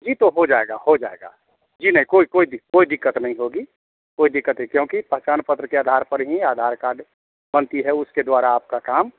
जी तो हो जाएगा हो जाएगा जी नहीं कोई कोई दिक कोई दिक़्क़त नहीं होगी कोई दिक़्क़त नहीं क्योंकि पहचान पत्र के आधार पर ही आधार कार्ड बनती है उसके द्वारा आपका काम